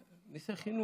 מיסי חינוך.